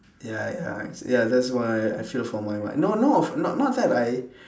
ya ya ya that's why I should for my mind no no of~ not not that I